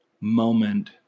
moment